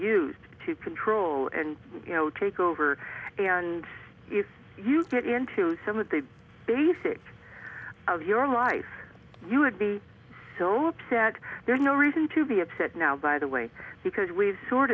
used to control and you know take over and if you get into some of the basics of your life you would be so upset there's no reason to be upset now by the way because we've sort